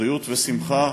בריאות ושמחה,